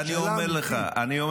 אני אומר לך,